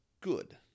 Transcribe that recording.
good